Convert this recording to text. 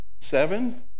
Seven